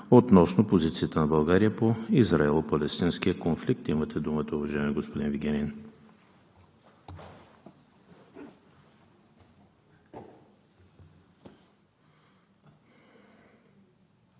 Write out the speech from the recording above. относно позицията на България по израело-палестинския конфликт. Имате думата, уважаеми господин Вигенин.